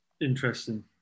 Interesting